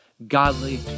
godly